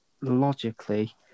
logically